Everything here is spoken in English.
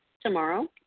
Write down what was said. tomorrow